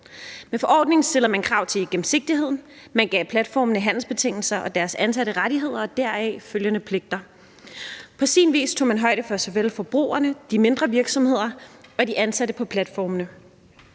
Med forordningen stillede man krav til gennemsigtighed, man gav platformene handelsbetingelser og deres ansatte rettigheder og deraf følgende pligter. På sin vis tog man højde for såvel forbrugerne, de mindre virksomheder og de ansatte på platformene.